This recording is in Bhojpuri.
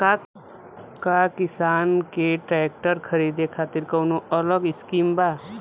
का किसान के ट्रैक्टर खरीदे खातिर कौनो अलग स्किम बा?